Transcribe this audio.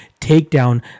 takedown